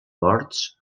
morts